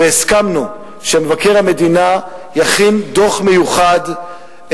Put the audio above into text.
הסכמנו שמבקר המדינה יכין דוח מיוחד,